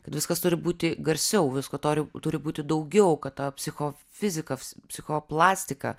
kad viskas turi būti garsiau visko turi būti daugiau kad ta psichofizika psichoplastika